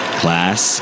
class